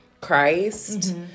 Christ